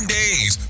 days